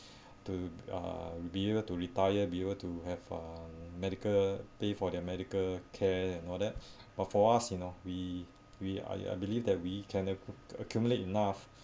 to uh be able to retire be able to have uh medical pay for their medical care and all that but for us you know we we I I believe that we can ac~ accumulate enough